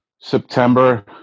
september